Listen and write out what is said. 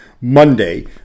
Monday